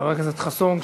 חבר הכנסת חסון,